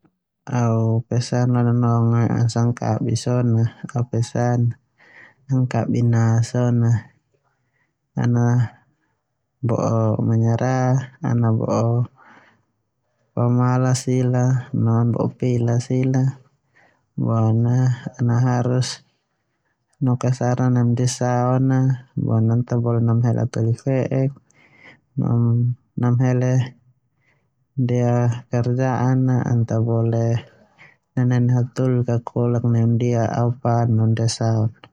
Au pesan lo au nonong a sanga kabi so na au pesan kabi na so na an bo'o menyerah, ana bo'o pemalas, no ana bo'o pela sila boema ana harus noke saran neme ndia son a boema na ta bole namahele hataholi fe'ek, boema na namahele ndia kerjaan aana ta bole nanene hataholi la kakolak ndia ao pan no ndia saon a.